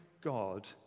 God